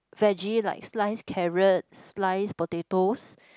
vege like slice carrot slice potatoes